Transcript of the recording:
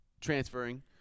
transferring